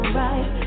right